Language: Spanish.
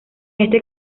este